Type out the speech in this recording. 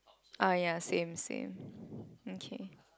oh yeah same same okay